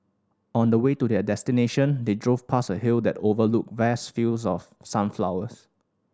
on the way to their destination they drove past a hill that overlooked vast fields of sunflowers